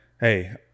hey